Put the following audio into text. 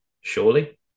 surely